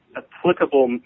applicable